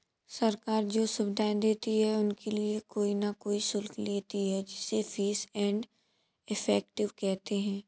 सरकार जो सुविधाएं देती है उनके लिए कोई न कोई शुल्क लेती है जिसे फीस एंड इफेक्टिव कहते हैं